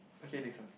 okay next one